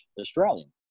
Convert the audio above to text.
Australian